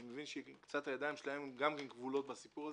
אני מבין שהידיים שלהם גם כבולות בסיפור הזה.